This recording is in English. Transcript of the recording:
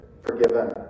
Forgiven